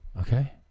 okay